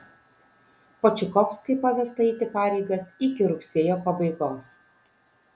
počikovskai pavesta eiti pareigas iki rugsėjo pabaigos